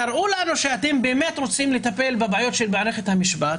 תראו לנו שאתם באמת רוצים לטפל בבעיות של מערכת המשפט,